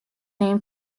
name